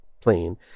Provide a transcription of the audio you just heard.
plane